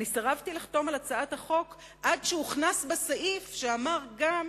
סירבתי לחתום על הצעת החוק עד שהוכנס בה סעיף שאמר גם